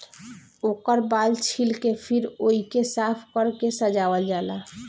ओकर बाल छील के फिर ओइके साफ कर के सजावल जाला